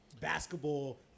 basketball